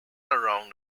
around